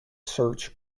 search